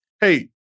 Hey